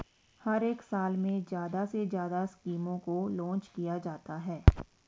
हर एक साल में ज्यादा से ज्यादा स्कीमों को लान्च किया जाता है